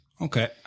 okay